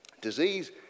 Disease